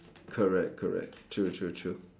correct correct true true true